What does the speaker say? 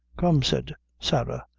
come, said sarah,